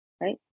Right